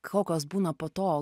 kokios būna po to